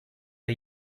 are